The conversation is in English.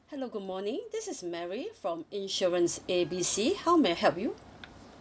hello good morning this is mary from insurance A B C how may I help you